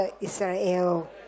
Israel